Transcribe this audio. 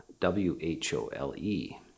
W-H-O-L-E